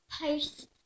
post